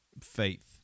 faith